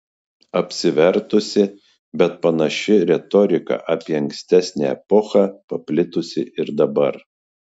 apsivertusi bet panaši retorika apie ankstesnę epochą paplitusi ir dabar